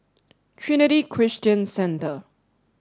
Trinity Christian Centre